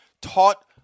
taught